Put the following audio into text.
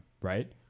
right